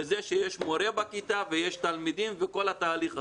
בזה שיש מורה בכיתה ויש תלמידים וכל התהליך הזה.